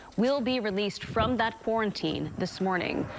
will be released from that quarantine this morning.